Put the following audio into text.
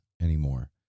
anymore